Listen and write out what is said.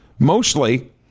mostly